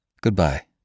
Goodbye